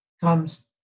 comes